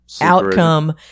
outcome